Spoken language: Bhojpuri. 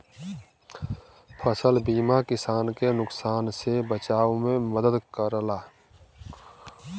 फसल बीमा किसान के नुकसान से बचाव में मदद करला